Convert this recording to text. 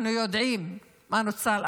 אנחנו יודעים מה נוצל,